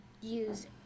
use